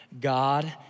God